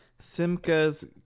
Simka's